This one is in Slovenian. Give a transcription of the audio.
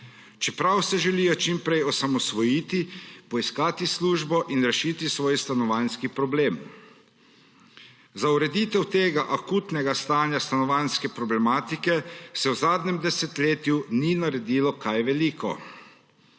čeprav se želijo čim prej osamosvojiti, poiskati službo in rešiti svoj stanovanjski problem. Za ureditev tega akutnega stanja stanovanjske problematike se v zadnjem desetletju ni naredilo kaj veliko.